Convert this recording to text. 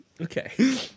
Okay